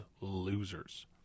losers